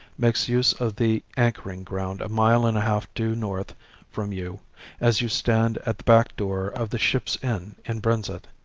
makes use of the anchoring ground a mile and a half due north from you as you stand at the back door of the ship inn in brenzett.